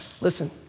listen